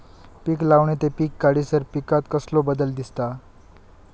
पीक लावणी ते पीक काढीसर पिकांत कसलो बदल दिसता?